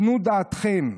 תנו דעתכם,